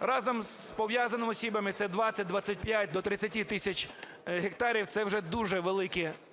Разом з пов'язаними особами це 20-25, до 30 тисяч гектарів, це вже дуже